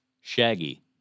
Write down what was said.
Shaggy